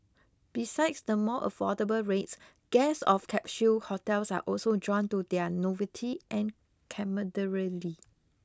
besides the more affordable rates guests of capsule hotels are also drawn to their novelty and camaraderie